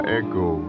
echo